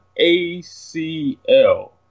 ACL